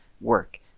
work